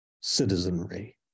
citizenry